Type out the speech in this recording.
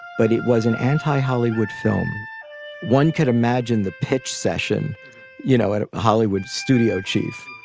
but it was an anti hollywood film one could imagine the pitch session you know, at a hollywood studio, chief,